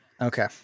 Okay